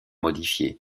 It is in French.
modifier